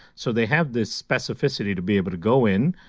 so they have this specificity to be able to go in,